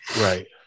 right